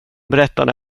berättade